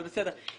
אבל בסדר.